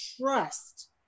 trust